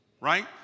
right